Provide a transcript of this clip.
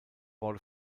board